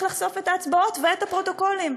לחשוף את ההצבעות ואת הפרוטוקולים,